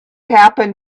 happened